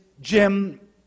Jim